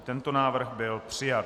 I tento návrh byl přijat.